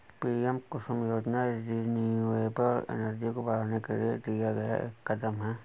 PM Kusum योजना renewable energy को बढ़ाने के लिए लिया गया एक कदम है